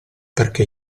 perché